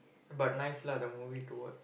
but nice lah the movie to watch